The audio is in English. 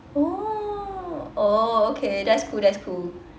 oh oh okay that's cool that's cool